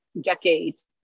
decades